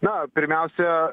na pirmiausia